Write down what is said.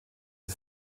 die